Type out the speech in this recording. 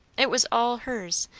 it was all hers,